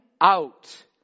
out